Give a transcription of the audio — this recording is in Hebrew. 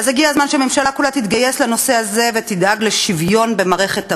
הגיע הזמן שהממשלה כולה תתגייס לנושא הזה ותדאג לשוויון במערכת הבריאות.